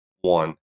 one